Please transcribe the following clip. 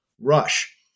rush